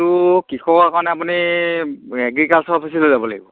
এইটো কৃষকৰ কাৰণে আপুনি এগ্ৰিকালচাৰ অফিচলৈ যাব লাগিব